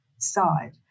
side